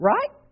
Right